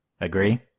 Agree